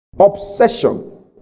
Obsession